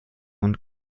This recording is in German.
und